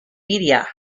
media